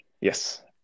Yes